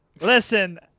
Listen